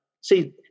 See